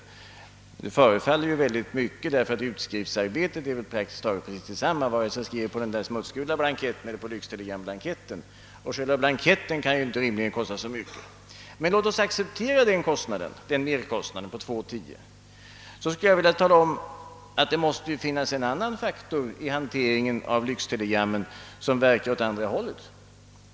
Summan förefaller mig dock hög, eftersom utskriftsarbetet väl praktiskt taget är precis detsamma vare sig det är på den där smultsgula blankeiten eller på lyxtelegramblanketten, och själva blanketten kan ju rimligen inte kosta så mycket. Men låt oss acceptera merkostnaden på 2:10! Då vill jag påpeka att det måste finnas en annan faktor i hanteringen av lyxtelegrammen som verkar åt andra hållet.